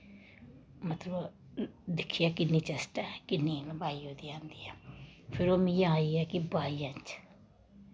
मतलव दिक्खेआ किन्नी चैस्ट ऐ किन्नी लम्बाई आंदी ऐ फिर ओह् मिगी आई ऐ कि बाई इंच